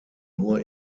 nur